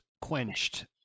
quenched